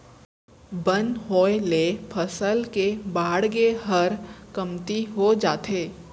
बन होय ले फसल के बाड़गे हर कमती हो जाथे